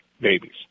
babies